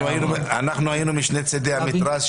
אנחנו היינו משני צידי המתרס,